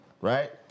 right